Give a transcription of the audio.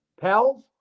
pals